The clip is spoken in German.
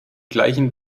gleichen